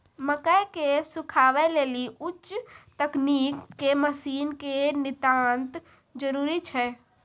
मकई के सुखावे लेली उच्च तकनीक के मसीन के नितांत जरूरी छैय?